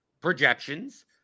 projections